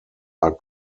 are